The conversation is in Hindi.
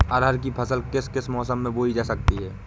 अरहर की फसल किस किस मौसम में बोई जा सकती है?